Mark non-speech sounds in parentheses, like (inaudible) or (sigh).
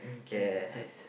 (breath) yes